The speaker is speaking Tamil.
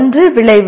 ஒன்று விளைவு